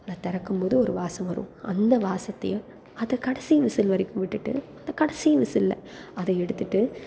அதை திறக்கும் போது ஒரு வாசம் வரும் அந்த வாசத்தையும் அதை கடைசி விசில் வரைக்கும் விட்டுட்டு அந்த கடைசி விசில்ல அதை எடுத்துட்டு